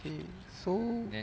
okay so